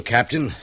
Captain